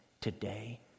today